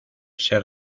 ser